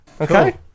Okay